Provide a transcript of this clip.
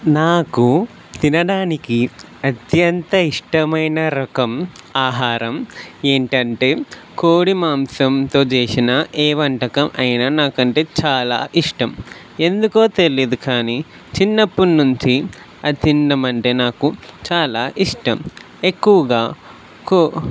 నాకు తినడానికి అత్యంత ఇష్టమైన రకం ఆహారం ఏంటంటే కోడి మాంసంతో చేసిన ఏ వంటకం అయినా నాకంటే చాలా ఇష్టం ఎందుకో తెలీదు కానీ చిన్నప్పుడు నుంచి అది తిందమంటే నాకు చాలా ఇష్టం ఎక్కువగా కో